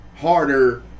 harder